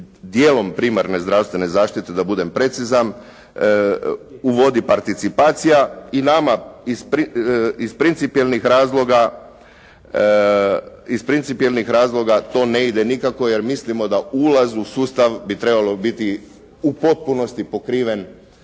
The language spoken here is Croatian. primarne zdravstvene zaštite da budem precizan uvodi participacija i nama iz principijelnih razloga to ne ide nikako jer mislimo da ulaz u sustav bi trebao biti u potpunosti pokriven